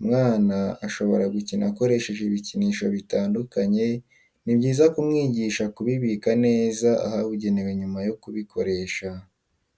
umwana ashobora gukina akoresheje ibikinisho bitandukanye ni byiza kumwigisha kubibika neza ahabugenewe nyuma yo kubikoresha.